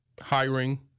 hiring